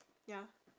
ya